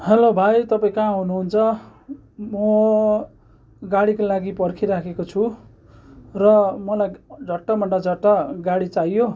hello भाइ तपाईँ कहाँ हुनुहुन्छ म गाडीको लागि पर्खिरहेको छु र मलाई झट्टभन्दा झट्ट गाडी चाहियो